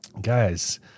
Guys